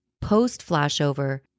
Post-flashover